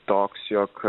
toks jog